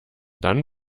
dann